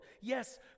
Yes